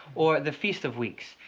or the feast of weeks.